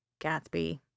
Gatsby